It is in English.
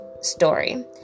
story